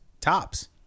Tops